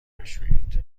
بشویید